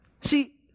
See